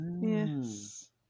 Yes